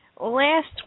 Last